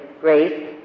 grace